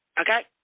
Okay